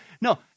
No